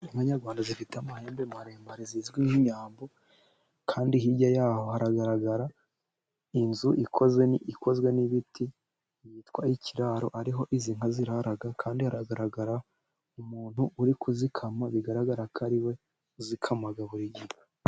Inka z'inyarwanda zifite amahembe maremare zizwi nk'inyambo ,kandi hirya y'aho haragaragara inzu ikozwe n'ibiti yitwa ikiraro ariho izi nka zirara kandi hagaragara umuntu uri kuzikama bigaragara ko ari we uzikama buri gihe.